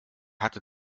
hatte